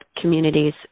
communities